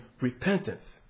repentance